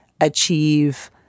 achieve